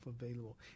available